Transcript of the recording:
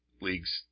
leagues –